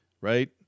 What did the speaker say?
right